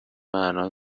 معنا